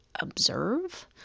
observe